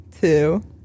two